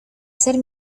ser